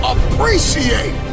Appreciate